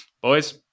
Boys